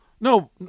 No